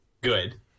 good